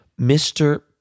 Mr